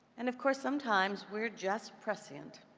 and, of course, sometimes we're just prescient.